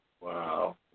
Wow